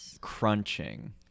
crunching